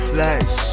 lights